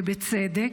ובצדק,